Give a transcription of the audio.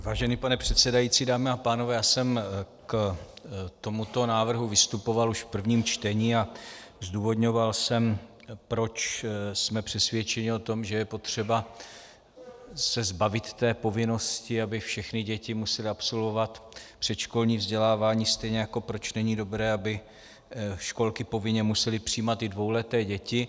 Vážený pane předsedající, dámy a pánové, já jsem k tomuto návrhu vystupoval už v prvním čtení a zdůvodňoval jsem, proč jsme přesvědčeni o tom, že je potřeba se zbavit té povinnosti, aby všechny děti musely absolvovat předškolní vzdělávání, stejně jako proč není dobré, aby školky povinně musely přijímat i dvouleté děti.